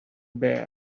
bad